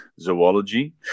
Zoology